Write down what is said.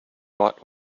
what